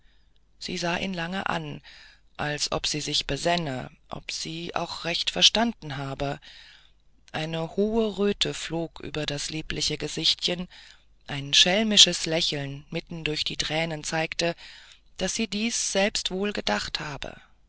sie sah ihn lange an als ob sie sich besänne ob sie auch recht verstanden habe eine hohe röte flog über das liebliche gesichtchen ein schelmisches lächeln mitten durch die tränen zeigte daß sie dies selbst wohl gedacht habe